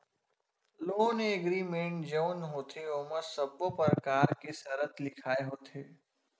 loan agreement जउन होथे ओमा सब्बो परकार के सरत लिखाय होथे